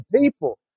people